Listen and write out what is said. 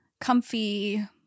comfy